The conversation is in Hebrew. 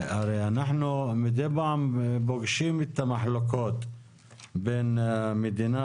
הרי אנחנו מידי פעם פוגשים את המחלוקות בין המדינה,